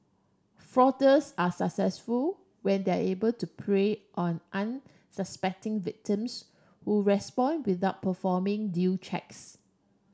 are successful when they are able to prey on unsuspecting victims who respond without performing due checks